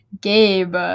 Gabe